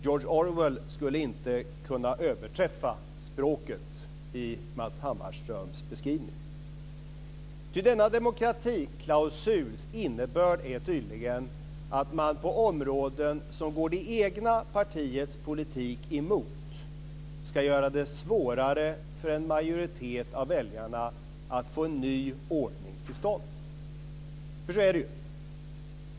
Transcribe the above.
George Orwell skulle inte kunna överträffa språket i Matz Hammarströms beskrivning, ty denna demokratiklausuls innebörd är tydligen att man på områden som går det egna partiets politik emot ska göra det svårare för en majoritet av väljarna att få en ny ordning till stånd. Så är det ju.